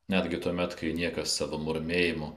netgi tuomet kai niekas savo murmėjimu